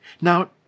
Now